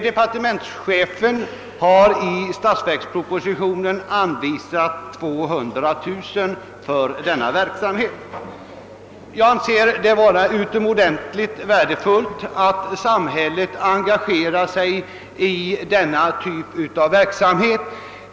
Departementschefen har i stats verkspropositionen föreslagit 200 000 kronor för denna verksamhet. Jag anser det vara utomordentligt värdefullt att samhället engagerar sig i denna typ av verksamhet.